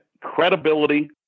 credibility